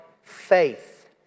faith